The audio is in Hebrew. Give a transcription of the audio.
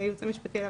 הייעוץ המשפטי לוועדה.